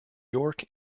york